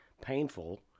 painful